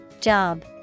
Job